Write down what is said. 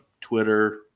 Twitter